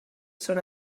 són